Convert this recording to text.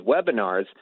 webinars